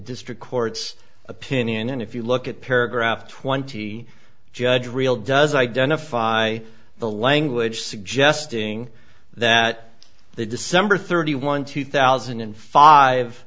district court's opinion and if you look at paragraph twenty judge real does identify the language suggesting that the december thirty one two thousand and five